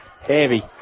Heavy